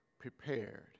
prepared